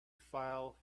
file